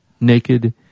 naked